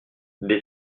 des